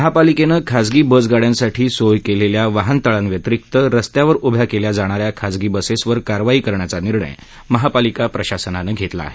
महापालिकेनं खासगी बसगाड़यांसाठी सोय केलेल्या वाहनतळाव्यतिरिक्त रस्त्यावर उभ्या केल्या जाणाऱ्या खासगी बसेस वर कारवाई करण्याचा निर्णय महापालिका प्रशासनानं घेतला आहे